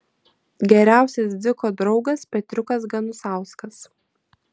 geriausias dziko draugas petriukas ganusauskas